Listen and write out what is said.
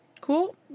cool